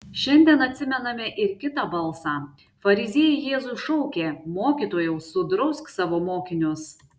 šiandien atsimename ir kitą balsą fariziejai jėzui šaukė mokytojau sudrausk savo mokinius